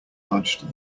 dodged